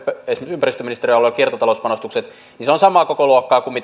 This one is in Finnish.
ympäristöministeriön alueen kiertotalouspanostukset niin se on samaa kokoluokkaa kuin